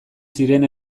ziren